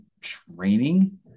training